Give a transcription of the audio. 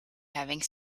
having